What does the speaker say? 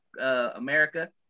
America